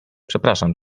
przepraszam